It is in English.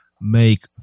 make